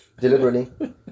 Deliberately